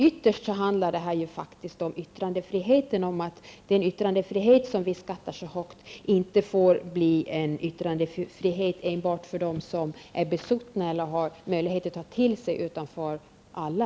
Ytterst handlar detta om att den yttrandefrihet som vi skattar så högt i vårt samhälle inte får bli en yttrandefrihet enbart för dem som är besuttna och har möjlighet att ta till sig, utan för alla.